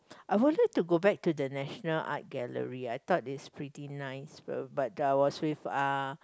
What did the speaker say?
I wanted to go back to the National Art Gallery I thought it's pretty nice but but I was with uh